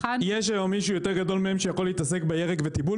יש היום מישהו יותר גדול מהם שיכול להתעסק בירק ותיבול?